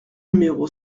numéro